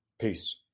Peace